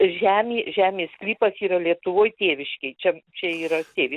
žemė žemės sklypas yra lietuvoj tėviškėj čia čia yra tėvi